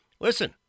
listen